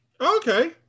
Okay